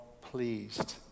pleased